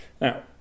Now